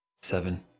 seven